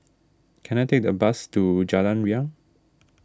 can I take a bus to Jalan Riang